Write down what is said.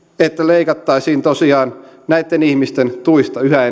että leikattaisiin tosiaan näitten ihmisten tuista yhä